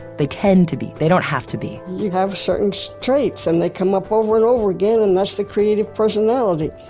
they tend to be, they don't have to be you have certain traits and they come up over and over again, and that's the creative personality,